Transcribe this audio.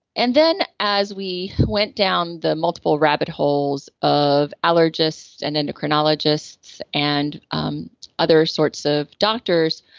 and then as we went down the multiple rabbit holes of allergists and endocrinologists and um other sorts of doctors,